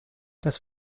das